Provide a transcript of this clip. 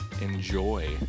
enjoy